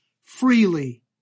freely